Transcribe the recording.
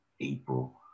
April